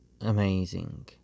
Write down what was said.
amazing